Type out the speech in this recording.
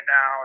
now